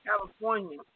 California